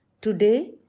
Today